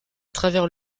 travers